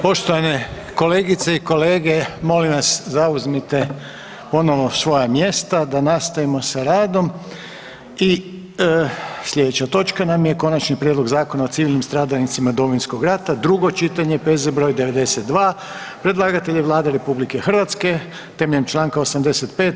Poštovane kolegice i kolege, molim vas, zauzmite ponovo svoja mjesta da nastavimo s radom i slijedeća točka nam je: - Konačni prijedlog Zakona o civilnim stradalnicima Domovinskog rata, drugo čitanje, P.Z. br. 92 Predlagatelj je Vlada RH temeljem čl. 85.